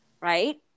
right